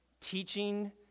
teaching